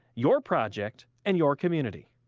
your project, and your community.